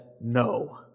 No